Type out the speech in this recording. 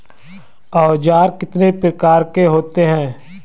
औज़ार कितने प्रकार के होते हैं?